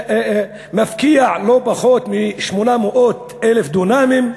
מפקיע לא פחות מ-800,000 דונמים.